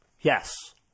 Yes